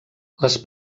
les